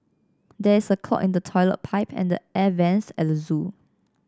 there is a clog in the toilet pipe and the air vents at the zoo